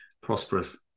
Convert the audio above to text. prosperous